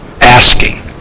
asking